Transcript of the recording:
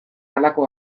halako